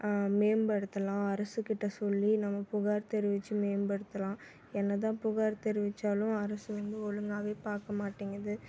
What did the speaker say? மேம்படுத்தலாம் அரசுக் கிட்டே சொல்லி நம்ம புகார் தெரிவித்து மேம்படுத்தலாம் என்ன தான் புகார் தெரிவித்தாலும் அரசு வந்து ஒழுங்காவே பார்க்க மாட்டேங்குது